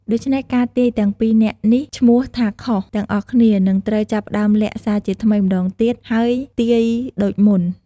ដូច្នេះ ការទាយទាំង ២ នាក់នេះឈ្មោះថា ខុស ទាំងអស់គ្នា នឹងត្រូវចាប់ផ្តើមលាក់សាជាថ្មីម្តងទៀត ហើយទាយដូចមុន។